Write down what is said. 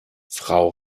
frau